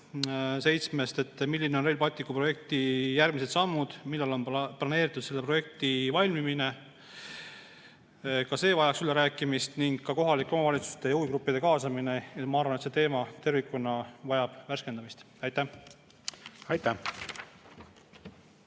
millised on Rail Balticu projekti järgmised sammud? Millal on planeeritud selle projekti valmimine? Ka see vajaks ülerääkimist ning ka kohalike omavalitsuste ja huvigruppide kaasamine. Nii et ma arvan, et see teema tervikuna vajab värskendamist. Aitäh!